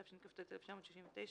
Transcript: התשכ"ט 1969,